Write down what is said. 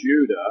Judah